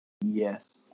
Yes